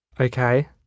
Okay